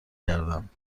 کردند